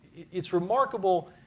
it's remarkable